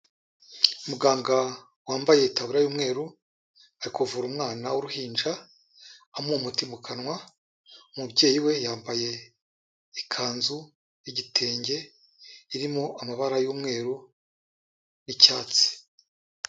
Muganga wambaye itaburiya y'umweru ari kuvura umwana w'uruhinja amuha umuti mu kanwa, umubyeyi we yambaye ikanzu y'igitenge irimo amabara y'umweru n'icyatsi.